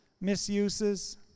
Misuses